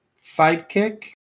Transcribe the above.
sidekick